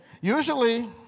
Usually